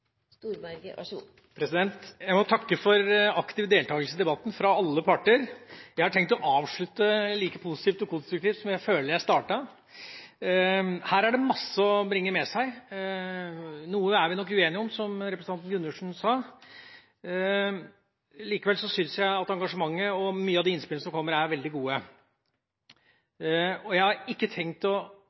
må takke alle parter for aktiv deltakelse i debatten. Jeg har tenkt å avslutte like positivt og konstruktivt som jeg føler jeg startet. Her er det mye å ta med seg. Noe er vi nok uenige om, som representanten Gundersen sa. Likevel syns jeg engasjementet er veldig godt, og at mange av de innspillene som har kommet, er veldig gode. Jeg har ikke tenkt å